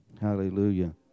hallelujah